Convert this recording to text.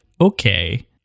okay